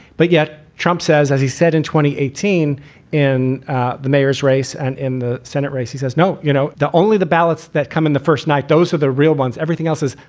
but yet, trump says, as he said in twenty eighteen in ah the mayor's race and in the senate race, he says no. you know, the only the ballots that come in the first night, those are the real ones. everything else is,